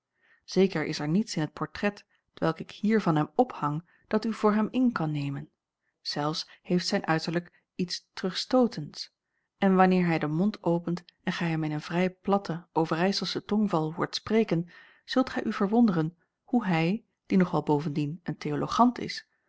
zeker is er niets in het portret t welk ik hier van hem ophang dat u voor hem in kan nemen zelfs heeft zijn uiterlijke iets terugstootends en wanneer hij den mond opent en gij hem in een vrij platten overijselschen tongval hoort spreken zult gij u verwonderen hoe hij die nog wel bovendien een theologant is